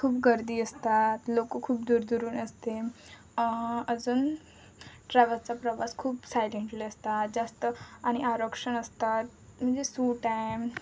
खूप गर्दी असतात लोकं खूप दूरदूरून असते अजून ट्रॅव्हल्सचा प्रवास खूप सायलेंटली असतात जास्त आणि आरक्षण असतात म्हणजे सूट आहे